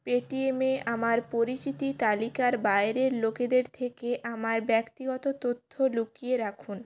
Paytm এ আমার পরিচিতি তালিকার বাইরের লোকেদের থেকে আমার ব্যক্তিগত তথ্য লুকিয়ে রাখুন